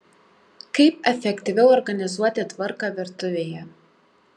kaip efektyviau organizuoti tvarką virtuvėje